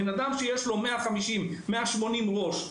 אדם שיש לו 150-180 ראש,